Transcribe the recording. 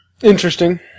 Interesting